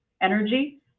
energy